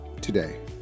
today